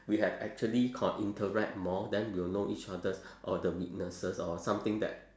we have actually con~ interact more then we'll know each other's oh the weaknesses or something that